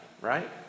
Right